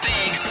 Big